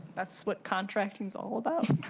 that's what contracting is all about.